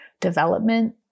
development